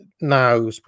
Now